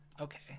Okay